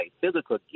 physical